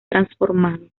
transformado